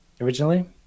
originally